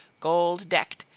gold-decked,